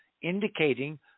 indicating